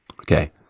Okay